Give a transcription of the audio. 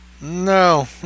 No